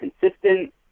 consistent